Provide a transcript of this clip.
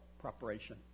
preparation